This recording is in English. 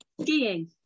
Skiing